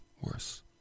worse